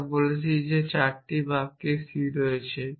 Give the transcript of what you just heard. আমরা বলছি যে এই 4টি বাক্যে c রয়েছে